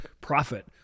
Profit